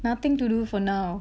nothing to do for now